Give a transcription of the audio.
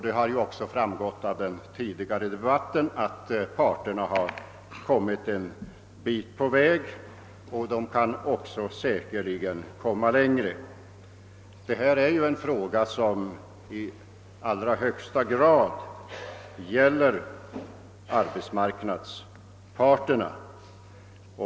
Det har också framgått av den tidigare debatten att parterna kommit en bit på vägen. De kan säkerligen komma ännu längre. Detta är en fråga som i allra högsta grad gäller arbetsmarknadens parter.